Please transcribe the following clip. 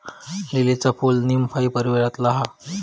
लीलीचा फूल नीमफाई परीवारातला हा